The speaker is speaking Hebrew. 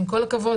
עם כל הכבוד,